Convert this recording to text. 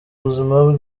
buzima